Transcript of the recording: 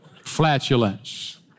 Flatulence